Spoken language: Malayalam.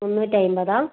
മുന്നൂറ്റി അയിമ്പതാ